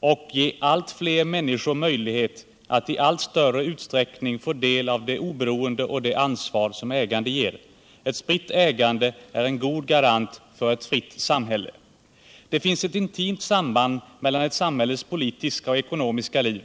och ge allt fler människor möjlighet att i allt större utsträckning få del av det oberoende och det ansvar som ägande ger. Ett spritt ägande är en god garant för ett fritt samhälle. Det finns ett intimt samband mellan ett samhälles politiska och ekonomiska liv.